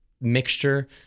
mixture